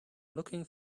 looking